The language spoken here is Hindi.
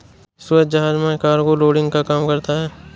सूरज जहाज में कार्गो लोडिंग का काम करता है